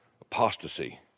apostasy